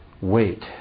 wait